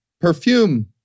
perfume